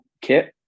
kit